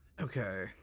Okay